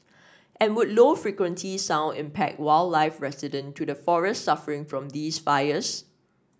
and would low frequency sound impact wildlife resident to the forests suffering from these fires